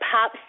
Pop